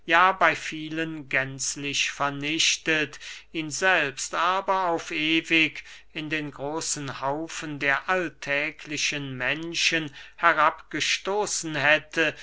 ja bey vielen gänzlich vernichtet ihn selbst aber auf ewig in den großen haufen der alltäglichen menschen herabgestoßen hätte